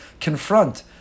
confront